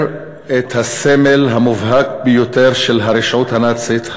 את הסמל המובהק ביותר של הרשעות הנאצית,